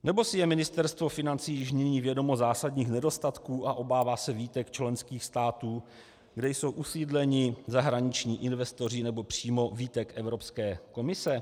Nebo si je Ministerstvo financí již nyní vědomo zásadních nedostatků a obává se výtek členských států, kde jsou usídleni zahraniční investoři, nebo přímo výtek Evropské komise?